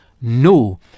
No